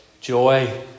joy